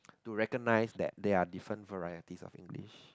to recognise that they are different varieties of English